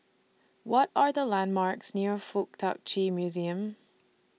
What Are The landmarks near Fuk Tak Chi Museum